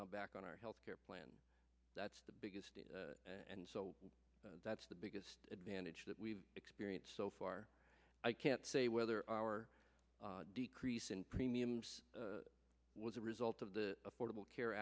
now back on our health care plan that's the biggest and so that's the biggest advantage that we've experienced so far i can't say whether our decrease in premiums was a result of the affordable care